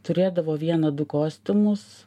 turėdavo vieną du kostiumus